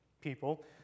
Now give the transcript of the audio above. people